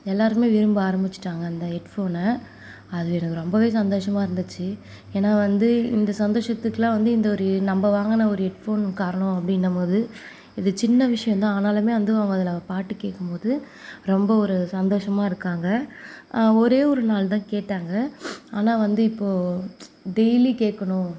எல்லாருமே விரும்ப ஆரமிச்சிட்டாங்க அந்த ஹெட்ஃபோனை அது எனக்கு ரொம்பவே சந்தோஷமாக இருந்துச்சு ஏன்னா வந்து இந்த சந்தோஷத்துக்கலாம் வந்து இந்த ஒரு நம்ம வாங்கின ஒரு ஹெட் ஃபோன் காரணம் அப்டின்னும்போது இது சின்ன விஷயந்தான் ஆனாலுமே வந்து அவங்க அதில் பாட்டு கேட்கும்போது ரொம்ப ஒரு சந்தோஷமாக இருக்காங்க ஒரே ஒரு நாள் தான் கேட்டாங்க ஆனால் வந்து இப்போது டெய்லி கேட்கணும்